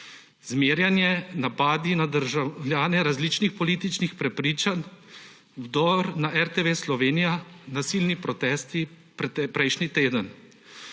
zmerjanje, napadi na državljane različnih političnih prepričanj, vdor na RTV Slovenija, nasilni protesti prejšnji teden.